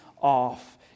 off